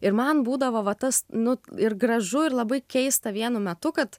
ir man būdavo va tas nu ir gražu ir labai keista vienu metu kad